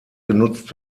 genutzt